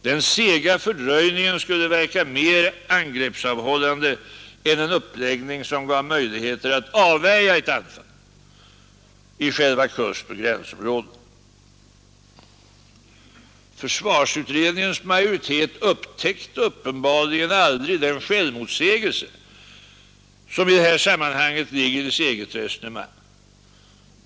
Den sega fördröjningen skulle verka mer angreppsavhållande än en uppläggning som gav möjligheter att avvärja ett anfall i själva kustoch gränsområdena. Försvarsutredningens majoritet upptäckte uppenbarligen aldrig den självmotsägelse som i detta sammanhang ligger i dess eget resonemang.